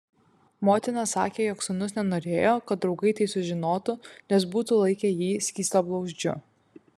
motina sakė jog sūnus nenorėjo kad draugai tai sužinotų nes būtų laikę jį skystablauzdžiu